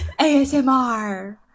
ASMR